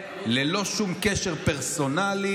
ללא שום קשר פרסונלי,